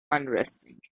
unresting